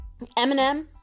Eminem